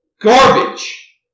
garbage